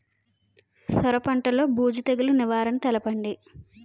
సొర పంటలో బూజు తెగులు నివారణ తెలపండి?